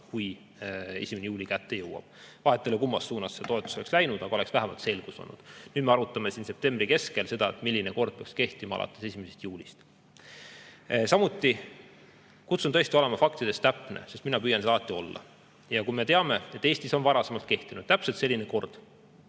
kui 1. juuli kätte jõuab. Vahet ei ole, kummas suunas see toetus oleks läinud, aga oleks vähemalt selgus olnud. Nüüd me arutame septembri keskel seda, milline kord peaks kehtima alates 1. juulist. Samuti kutsun tõesti üles olema faktidega täpne, sest mina püüan seda alati olla. Me teame, et Eestis on varasemalt kehtinud täpselt selline kord,